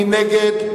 מי נגד?